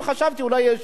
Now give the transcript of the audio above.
חשבתי אולי יש